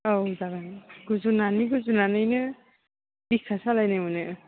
औ जागोन गुजुनानै गुजुनानैनो बिखा सालायनाय मोनो